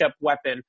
weapon